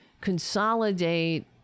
consolidate